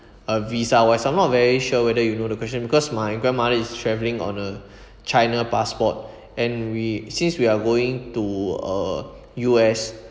uh visa wise somehow I'm not very sure whether you know the question because my grandmother is travelling on a china passport and we since we are going to uh U_S